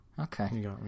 Okay